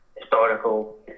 historical